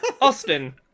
Austin